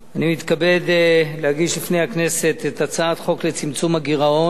אני מתכבד להגיש בפני הכנסת את הצעת חוק לצמצום הגירעון,